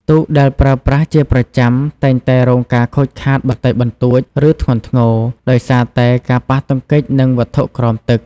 ទូកដែលប្រើប្រាស់ជាប្រចាំតែងតែរងការខូចខាតបន្តិចបន្តួច ឬធ្ងន់ធ្ងរ ដោយសារតែការប៉ះទង្គិចនឹងវត្ថុក្រោមទឹក។